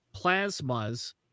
Plasmas